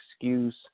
excuse